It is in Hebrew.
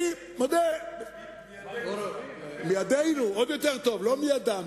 אני מודה, מידינו, מידינו, עוד יותר טוב, לא מידם.